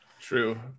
True